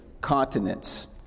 continents